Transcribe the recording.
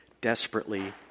desperately